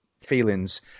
feelings